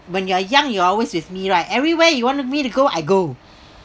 when you are young you are always with me right everywhere you wanted me to go I go